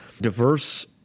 diverse